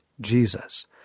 Jesus